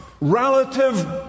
relative